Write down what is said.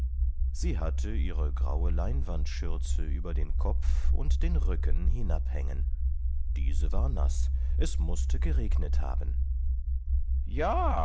sie hatte ihre graue leinwandschürze über den kopf und den rücken hinabhängen diese war naß es mußte geregnet haben ja